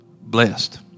blessed